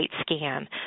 scan